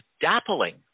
dappling